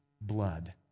blood